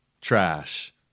trash